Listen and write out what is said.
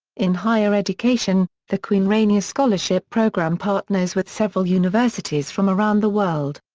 in higher education, the queen rania scholarship program partners with several universities from around the world.